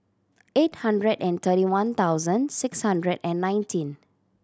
eight hundred and thirty one thousand six hundred and nineteen